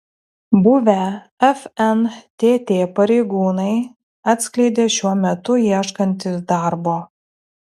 buvę fntt pareigūnai atskleidė šiuo metu ieškantys darbo